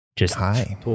Hi